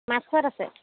মাছখোৱাত আছে